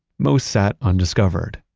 most sat undiscovered.